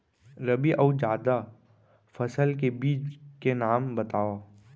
रबि अऊ जादा फसल के बीज के नाम बताव?